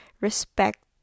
respect